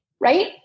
right